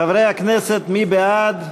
חברי הכנסת, מי בעד?